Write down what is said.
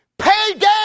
Payday